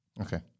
Okay